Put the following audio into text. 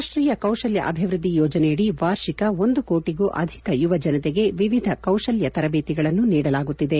ರಾಷ್ಟೀಯ ಕೌಶಲ್ತ ಅಭಿವೃದ್ದಿ ಯೋಜನೆಯಡಿ ವಾರ್ಷಿಕ ಒಂದು ಕೋಟಿಗೂ ಅಧಿಕ ಯುವ ಜನತೆಗೆ ವಿವಿಧ ಕೌಶಲ್ತ ತರಬೇತಿಗಳನ್ನು ನೀಡಲಾಗುತ್ತಿದೆ